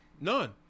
none